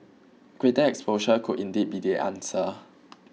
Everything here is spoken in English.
greater exposure could indeed be the answer